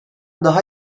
daha